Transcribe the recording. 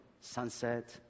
sunset